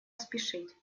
спешить